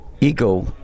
ego